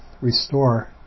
restore